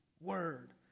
word